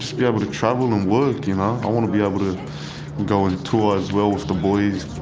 be able to travel and work you know, i want to be able to go on tour as well with the boysosman